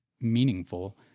meaningful